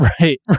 Right